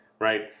right